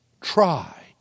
Try